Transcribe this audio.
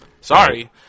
Sorry